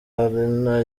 haruna